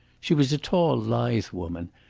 she was a tall, lithe woman,